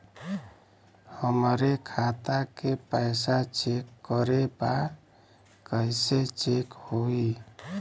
हमरे खाता के पैसा चेक करें बा कैसे चेक होई?